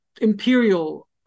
imperial